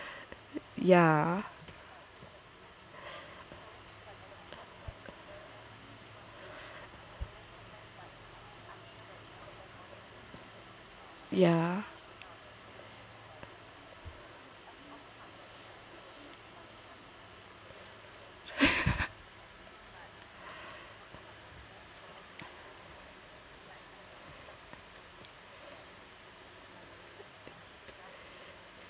yeah yeah